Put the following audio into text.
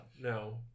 no